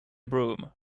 broom